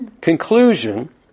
conclusion